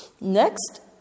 Next